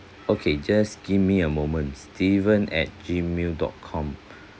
okay just give me a moment steven at gmail dot com